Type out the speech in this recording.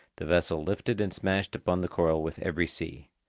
the vessel lifted and smashed upon the coral with every sea.